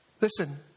Listen